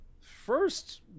first